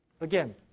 again